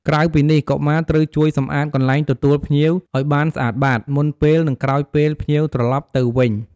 ក្រៅពីនេះ កុមារត្រូវជួយសម្អាតកន្លែងទទួលភ្ញៀវឲ្យបានស្អាតបាត មុនពេល និងក្រោយពេលភ្ញៀវត្រឡប់ទៅវិញ។